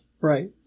Right